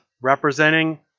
representing